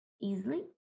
easily